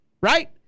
right